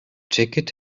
jacket